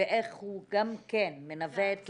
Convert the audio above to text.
ואיך הוא גם כן מנווט.